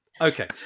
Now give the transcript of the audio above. Okay